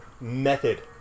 method